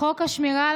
הזו חשובה מאוד.